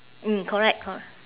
mm correct cor~